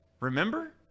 Remember